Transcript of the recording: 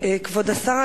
כבוד השר,